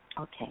Okay